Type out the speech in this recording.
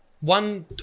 One